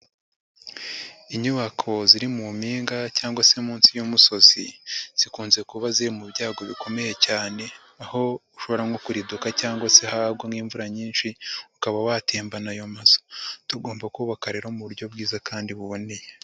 Inyubako ziri mu mpinga cyangwa se munsi y'umusozi zikunze kuba ziri mu byago bikomeye cyane aho u ushobora nko kuriduka cyangwa se hagwa n'imvura nyinshi ukaba watemmba ayo mazu, tugomba kubaka rero mu buryo bwiza kandi buboneye.